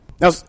Now